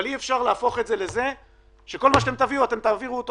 אבל אי-אפשר להפוך את זה לכך שכל מה שתביאו אתם תעבירו אותו